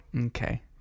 Okay